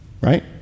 right